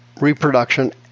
reproduction